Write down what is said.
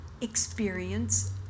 experience